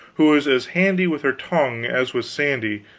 who was as handy with her tongue as was sandy,